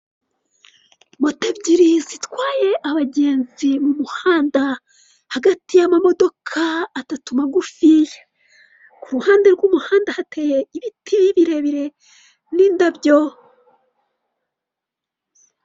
Moto ebyiri zitwaye abagenzi mu muhanda, hagati y' amamodoka atatu magufiya. Ku ruhande rw'umuhanda hateye ibiti birebire n'indabyo.